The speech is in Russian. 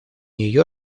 нью